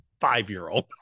five-year-old